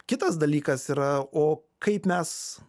kitas dalykas yra o kaip mes